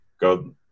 Go